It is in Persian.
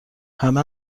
همه